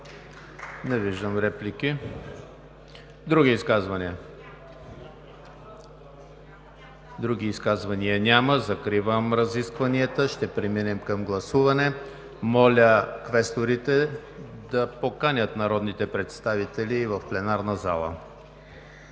Не виждам реплики. Други изказвания? Няма. Закривам разискванията. Преминаваме към гласуване. Моля квесторите да поканят народните представители в пленарна зала.